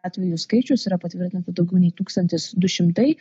atvejų skaičius yra patvirtinta daugiau nei tūkstantis du šimtai